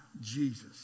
Jesus